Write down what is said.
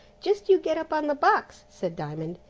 just you get up on the box, said diamond,